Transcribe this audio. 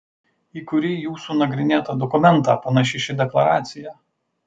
į kurį jūsų nagrinėtą dokumentą panaši ši deklaracija